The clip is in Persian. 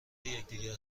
یکدیگر